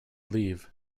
leave